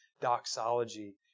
doxology